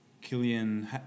Killian